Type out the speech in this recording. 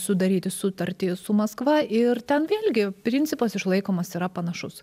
sudaryti sutartį su maskva ir ten vėlgi principas išlaikomas yra panašus